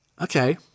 Okay